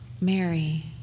Mary